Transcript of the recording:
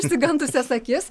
išsigandusias akis